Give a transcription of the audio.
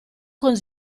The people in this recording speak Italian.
con